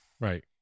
Right